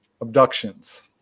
abductions